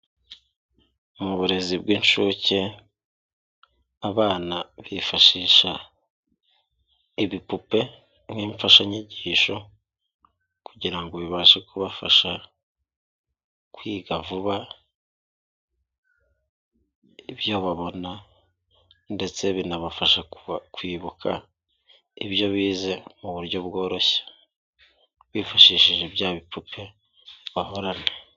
Mu burezi bw'inshuke abana bifashisha ibipupe nk'imfashanyigisho kugira bibashe kubafasha kwiga vuba, ibyo babona ndetse binabafasha kwibuka ibyo bize mu buryo bworoshye, bifashishije bya bipupe bahorana.